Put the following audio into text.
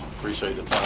appreciate it.